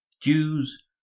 jews